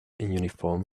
uniform